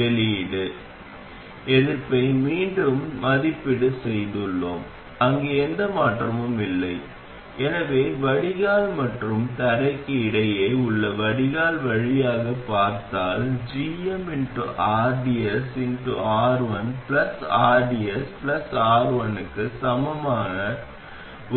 வெளியீடு எதிர்ப்பை மீண்டும் மதிப்பீடு செய்துள்ளோம் அங்கு எந்த மாற்றமும் இல்லை எனவே வடிகால் மற்றும் தரைக்கு இடையே உள்ள வடிகால் வழியாகப் பார்த்தால் gmrdsR1rdsR1 க்கு சமமான